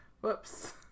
Whoops